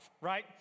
right